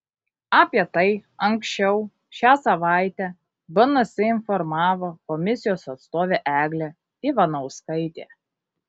apie tai anksčiau šią savaitę bns informavo komisijos atstovė eglė ivanauskaitė